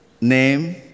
name